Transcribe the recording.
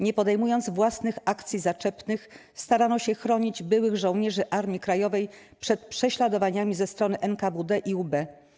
Nie podejmując własnych akcji zaczepnych, starano się chronić byłych żołnierzy Armii Krajowej przed prześladowaniami ze strony NKWD i UB.